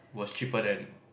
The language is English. was cheaper then